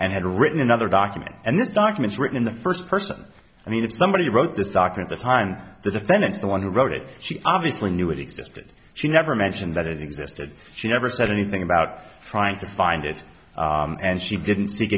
and had written another document and these documents written in the first person i mean if somebody wrote this doctor at the time the defendants the one who wrote it she obviously knew it existed she never mentioned that it existed she never said anything about trying to find it and she didn't